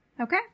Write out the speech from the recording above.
Okay